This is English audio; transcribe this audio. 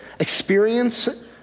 experience